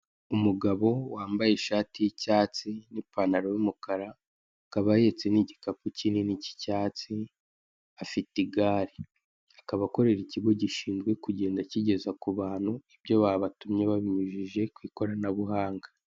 Umugabo wambaye ishati y'icyatsi n'ipantalo y'umukara akaba ahetse n'igikapu kinini cy'icyatsi afite igare akaba akorera ikigo gishinzwe kugenda kigeza ku bantu ibyo babatumye babinjujije ku ikoranabuhanga.